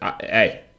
Hey